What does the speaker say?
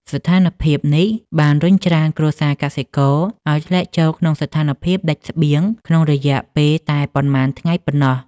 ស្ថានភាពនេះបានរុញច្រានគ្រួសារកសិករឱ្យធ្លាក់ចូលក្នុងស្ថានភាពដាច់ស្បៀងក្នុងរយៈពេលតែប៉ុន្មានថ្ងៃប៉ុណ្ណោះ។